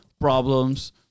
problems